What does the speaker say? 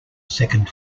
second